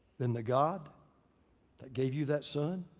than the god that gave you that son?